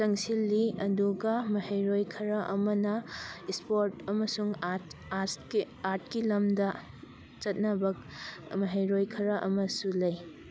ꯆꯪꯁꯤꯜꯂꯤ ꯑꯗꯨꯒ ꯃꯍꯩꯔꯣꯏ ꯈꯔ ꯑꯃꯅ ꯏꯁꯄꯣꯔꯠ ꯑꯃꯁꯨꯡ ꯑꯥꯔꯠ ꯑꯥꯔꯠꯁꯀꯤ ꯑꯥꯔꯠꯀꯤ ꯂꯝꯗ ꯆꯠꯅꯕ ꯃꯍꯩꯔꯣꯏ ꯈꯔ ꯑꯃꯁꯨ ꯂꯩ